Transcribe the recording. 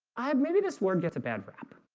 i may be this word gets a bad rap,